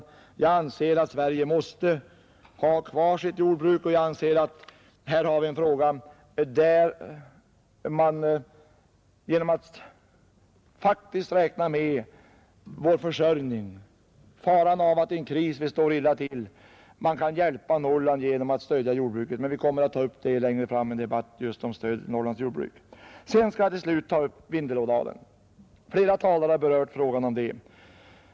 Jag vill emellertid understryka att Sverige måste ha kvar sitt jordbruk, och jag anser att man faktiskt kan hjälpa Norrland genom att räkna med att vår försörjning under en kris ligger illa till och att det därför är nödvändigt att stödja jordbruket, alltså även i Norrland. Vi kommer att aktualisera denna fråga längre fram i en debatt just om stöd till Norrlands jordbruk. Till slut vill jag säga några ord om Vindelådalen, som flera talare redan berört.